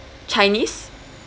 chinese